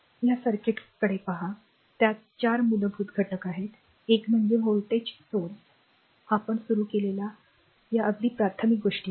या सर्किटकडे पहा त्यात चार मूलभूत घटक आहेत एक म्हणजे व्होल्टेज स्त्रोत आपण सुरु केलेल्या या अगदी प्राथमिक गोष्टी आहेत